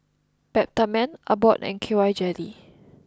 Peptamen Abbott and K Y Jelly